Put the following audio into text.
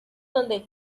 donde